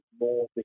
more